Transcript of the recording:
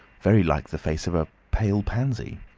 very like the face of a pale pansy.